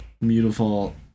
beautiful